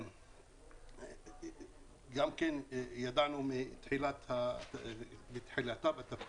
גם כן ידענו מתחילתה בתפקיד,